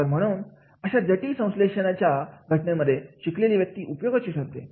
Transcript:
तर म्हणून अशा जटिल संश्लेषण याच्या घटनांमध्ये शिकलेली व्यक्ती उपयोगाची ठरते